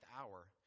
hour